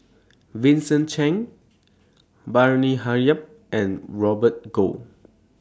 Vincent Cheng Bani Haykal and Robert Goh